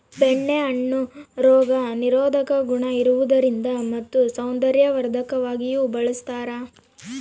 ಬೆಣ್ಣೆ ಹಣ್ಣು ರೋಗ ನಿರೋಧಕ ಗುಣ ಇರುವುದರಿಂದ ಮತ್ತು ಸೌಂದರ್ಯವರ್ಧಕವಾಗಿಯೂ ಬಳಸ್ತಾರ